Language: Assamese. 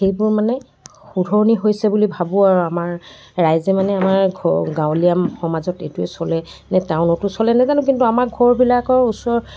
সেইবোৰ মানে শুধৰণি হৈছে বুলি ভাবোঁ আৰু আমাৰ ৰাইজে মানে আমাৰ ঘ গাঁৱলীয়া সমাজত এইটোৱে চলে নে টাউনতো চলে নেজানো কিন্তু আমাৰ ঘৰবিলাকৰ ওচৰ